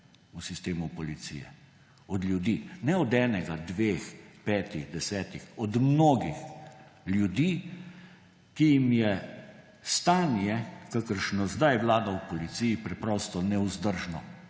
v sistemu policije. Od ljudi. Ne od enega, dveh, petih, desetih. Od mnogih ljudi, ki jim je stanje, kakršno zdaj vlada v policiji, preprosto nevzdržno